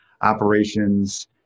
operations